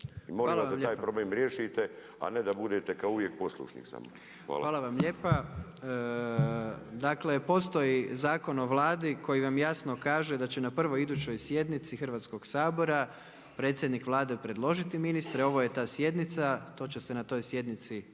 vas da taj problem riješite, a ne da budete kao uvijek poslušni samo. Hvala lijepa. **Jandroković, Gordan (HDZ)** Hvala vam lijepa. Dakle, postoji Zakon o Vladi koji vam jasno kaže da će na prvoj idućoj sjednici Hrvatskog sabora predsjednik Vlade predložiti ministre. Ovo je ta sjednica. To će se na toj sjednici